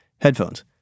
Headphones